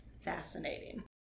fascinating